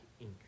ink